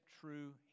true